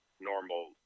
normal